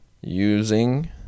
using